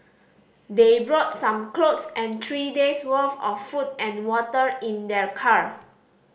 they brought some clothes and three days' worth of food and water in their car